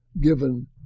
given